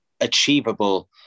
Achievable